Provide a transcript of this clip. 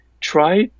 try